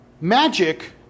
magic